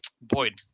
Boyd